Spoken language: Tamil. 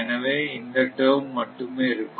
எனவே இந்த டேர்ம் மட்டுமே இருக்கும்